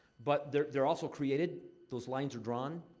but they're they're also created. those lines are drawn.